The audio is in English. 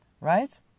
right